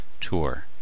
Tour